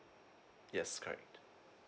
yes correct